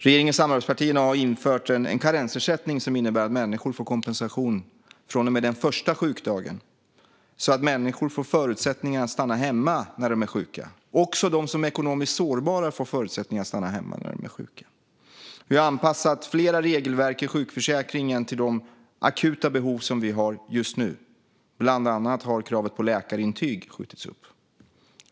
Regeringen och samarbetspartierna har infört en karensersättning som innebär att människor får kompensation från och med den första sjukdagen och får förutsättningar att stanna hemma när de är sjuka. Också de som är ekonomiskt sårbara får möjlighet att stanna hemma när de är sjuka. Vi har anpassat flera regelverk i sjukförsäkringen till de akuta behov vi har just nu. Bland annat har kravet på läkarintyg skjutits upp.